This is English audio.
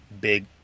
big